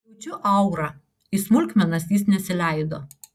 jaučiu aurą į smulkmenas jis nesileido